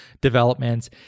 developments